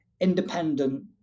independent